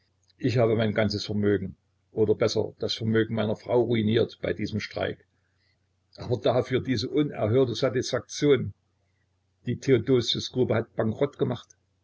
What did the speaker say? ich habe mein ganzes vermögen oder besser das vermögen meiner frau ruiniert bei diesem streik aber dafür diese unerhörte satisfaktion die theodosius grube hatte bankerott gemacht